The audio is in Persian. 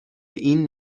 این